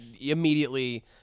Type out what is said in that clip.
immediately